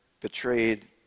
betrayed